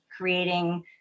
creating